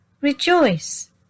Rejoice